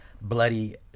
bloody